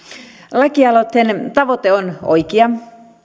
lakialoitteen tavoite on oikea